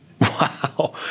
Wow